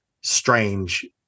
strange